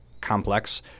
complex